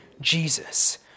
Jesus